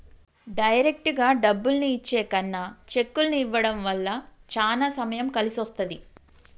డైరెక్టుగా డబ్బుల్ని ఇచ్చే కన్నా చెక్కుల్ని ఇవ్వడం వల్ల చానా సమయం కలిసొస్తది